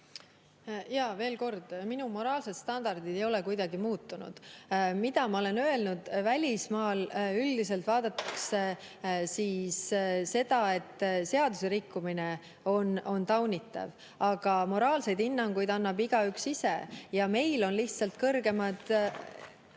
Jaa. Veel kord: minu moraalsed standardid ei ole kuidagi muutunud, mida ma olen [korduvalt] öelnud. Välismaal üldiselt vaadatakse seda, et seaduserikkumine on taunitav, aga moraalseid hinnanguid annab igaüks ise. Meil on lihtsalt kõrgemad